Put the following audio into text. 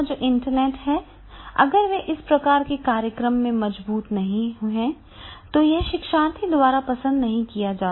तो इंफ्रास्ट्रक्चर की सुविधा जो इंटरनेट है अगर वह इस प्रकार के कार्यक्रम में मजबूत नहीं है तो यह शिक्षार्थियों द्वारा पसंद नहीं किया जाएगा